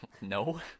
No